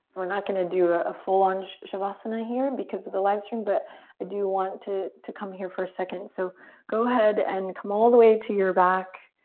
we're not gonna do ah a full on shavasana here and because of the livestream but i do want to to come here for a second here so go ahead and come all the way to your back.